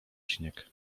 śnieg